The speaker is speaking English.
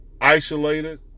isolated